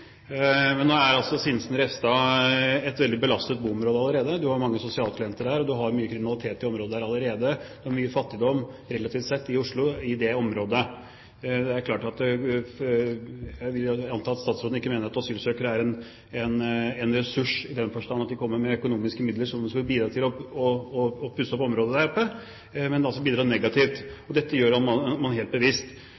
Men nå er Sinsen–Refstad et veldig belastet boområde allerede. Det er mange sosialklienter og mye kriminalitet i området der allerede. Det er mye fattigdom relativt sett i det området av Oslo. Jeg antar at statsråden ikke mener at asylsøkere er en ressurs i den forstand at de kommer med økonomiske midler som kan bidra til å pusse opp området der oppe, men altså bidrar negativt.